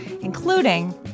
including